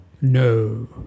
No